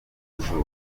izuba